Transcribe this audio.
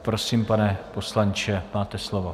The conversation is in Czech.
Prosím, pane poslanče, máte slovo.